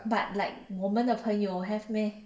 but like 我们的朋友 have meh